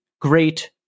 great